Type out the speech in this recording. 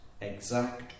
exact